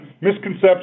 misconceptions